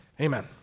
Amen